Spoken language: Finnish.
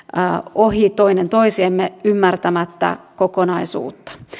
ohi toinen toisemme ymmärtämättä kokonaisuutta